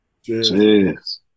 Yes